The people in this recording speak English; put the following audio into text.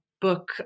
book